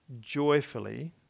joyfully